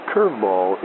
Curveball